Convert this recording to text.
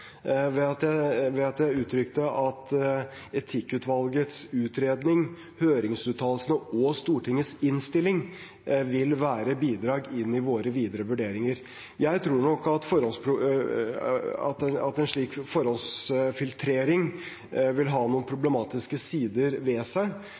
ved at jeg uttrykte at etikkutvalgets utredning, høringsuttalelsene og Stortingets innstilling vil være bidrag i våre videre vurderinger. Jeg tror nok at en slik forhåndsfiltrering vil ha noen